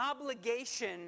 obligation